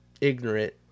ignorant